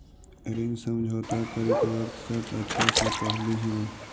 ऋण समझौता करित वक्त शर्त अच्छा से पढ़ लिहें